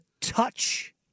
touch